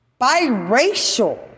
Biracial